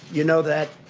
you know that?